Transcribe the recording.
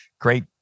great